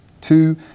Two